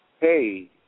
hey